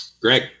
Greg